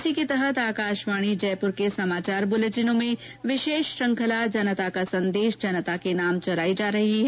इसी के तहत आकाशवाणी जयपूर के समाचार बुलेटिनों में विशेष श्रृंखला जनता का संदेश जनता के नाम चलाई जा रही है